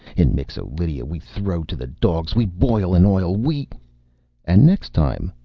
in mixo-lydia we throw to the dogs we boil in oil we and next time,